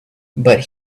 but